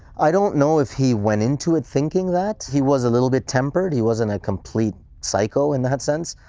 i don't know if he went into it thinking that, he was a little bit tempered. he wasn't a complete psycho in that sense.